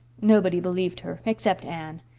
nobody believed her, except anne.